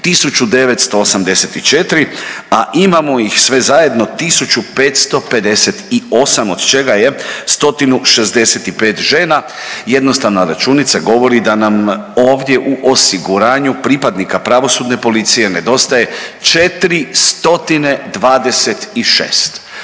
1.984, a imamo ih sve zajedno 1.558 od čega je 165 žena i jednostavna računica govori da nam ovdje u osiguranju pripadnika pravosudne policije nedostaje 426.